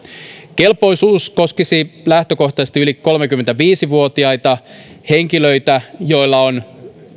kelpoisuus koskisi lähtökohtaisesti yli kolmekymmentäviisi vuotiaita henkilöitä joilla on